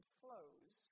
flows